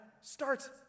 starts